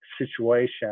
situation